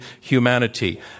humanity